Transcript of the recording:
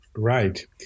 Right